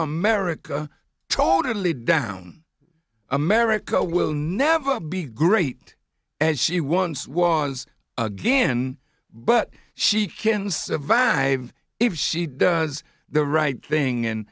america totally down america will never be great as she once was again but she can survive if she does the right thing and